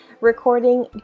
recording